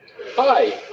Hi